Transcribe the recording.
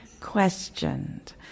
questioned